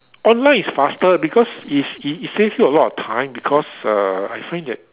online is faster because is it it saves you a lot of time because err I find that